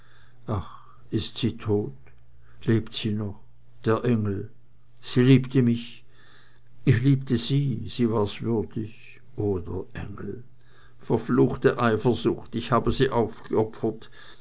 ist sie tot lebt sie noch der engel sie liebte mich ich liebte sie sie war's würdig o der engel verfluchte eifersucht ich habe sie aufgeopfert